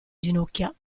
ginocchia